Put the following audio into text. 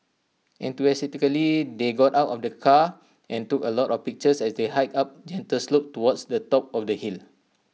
enthusiastically they got out of the car and took A lot of pictures as they hiked up A gentle slope towards the top of the hill